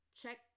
Check